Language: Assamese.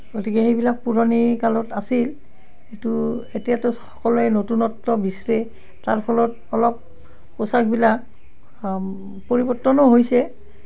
গতিকে সেইবিলাক পুৰণি কালত আছিল কিন্তু এতিয়াতো সকলোৱে নতুনত্ব বিচৰে তাৰ ফলত অলপ পোচাকবিলাক পৰিৱৰ্তনো হৈছে